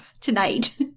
tonight